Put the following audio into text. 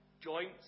joints